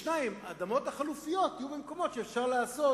האדמות החלופיות יהיו במקומות שאפשר לעשות